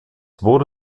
wurde